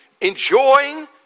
enjoying